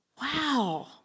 wow